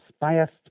biased